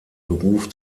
beruf